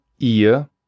Ihr